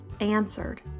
answered